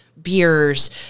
Beers